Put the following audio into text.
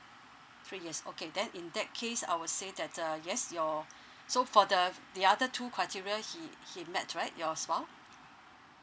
three years okay then in that case I would say that uh yes your so for the the other two criteria he he met right your spouse